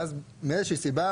ואז מאיזושהי סיבה